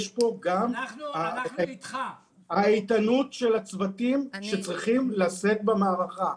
יש פה גם האיתנות של הצוותים שצריכים לשאת במערכה.